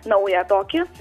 naują tokį